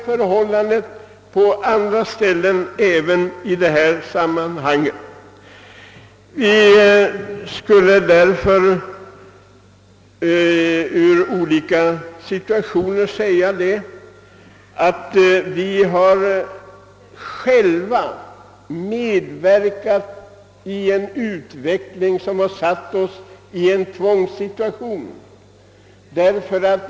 Förhållandena är liknande även på andra ställen. Vi har därför själva medverkat i en utveckling som försatt oss i en tvångssituation.